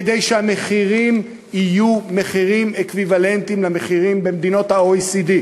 כדי שהמחירים יהיו מחירים אקוויוולנטיים למחירים במדינות ה-OECD,